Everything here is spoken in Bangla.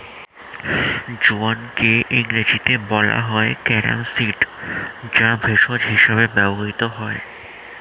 জোয়ানকে ইংরেজিতে বলা হয় ক্যারাম সিড যা ভেষজ হিসেবে ব্যবহৃত হয়